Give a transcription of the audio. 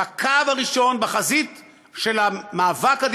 בקו הראשון,